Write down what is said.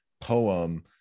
poem